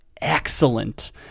excellent